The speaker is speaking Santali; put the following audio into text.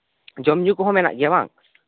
ᱡᱚᱢ ᱧᱩ ᱠᱚᱦᱚᱸ ᱢᱮᱱᱟᱜ ᱜᱮᱭᱟ ᱵᱟᱝ